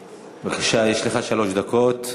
בבקשה, יש לך שלוש דקות.